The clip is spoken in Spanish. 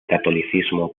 catolicismo